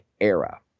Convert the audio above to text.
era